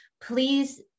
please